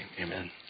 Amen